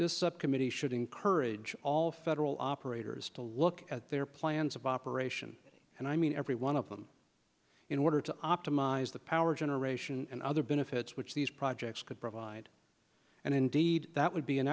this subcommittee should encourage all federal operators to look at their plans of operation and i mean every one of them in order to optimize the power generation and other benefits which these projects could provide and indeed that would be an